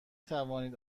توانید